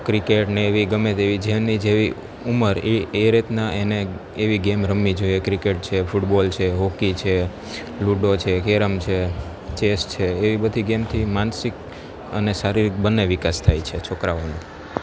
ક્રિકેટને એવી ગમ્મે તેવી જેની જેવી ઉંમર એ એ રીતના એને એવી ગેમ રમવી જોઈએ ક્રિકેટ છે ફૂટબોલ છે હોકી છે લૂડો છે કેરમ છે ચેસ છે એવી બધી ગેમથી માનસિક અને શારીરિક બંને વિકાસ થાય છે છોકરાઓનો